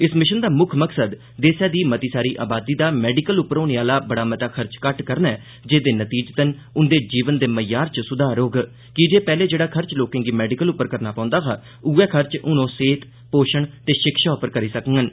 इस मिशन दा मुक्ख मकसद देसै दी मती सारी आबादी दा मैडिकल पर होरेने आला बेड़ा मता खर्चा घट्ट करना ऐ जहदे नतीजतन उंदे जीवन दे म्यार च सुधार होग की जे पैहले जेहड़ा खर्च लोकें गी मैडिकल उप्पर करना पौंदा हा उयै खर्च हून सेह्त पोषण ते शिक्षा उप्पर करी सकगंन